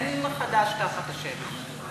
אין חדש תחת השמש.